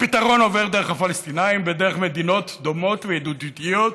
הפתרון עובר דרך הפלסטינים ודרך מדינות דומות וידידותיות,